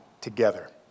together